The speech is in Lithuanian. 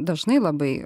dažnai labai